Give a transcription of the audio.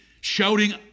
shouting